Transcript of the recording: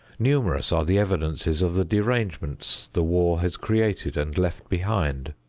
numerous are the evidences of the derangements the war has created and left behind.